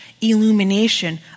illumination